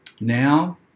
Now